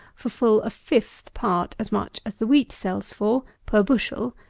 for full a fifth part as much as the wheat sells for, per bushel,